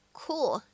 cool